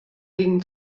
gingen